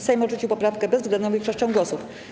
Sejm odrzucił poprawkę bezwzględną większością głosów.